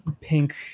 pink